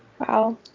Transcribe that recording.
Wow